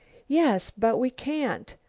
yes, but we can't.